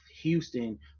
Houston